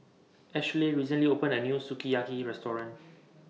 Ashleigh recently opened A New Sukiyaki Restaurant